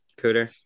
Cooter